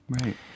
Right